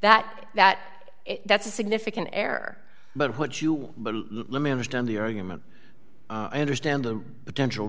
that that that's a significant error but what you will but let me understand the argument i understand the potential